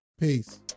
Peace